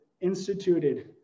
instituted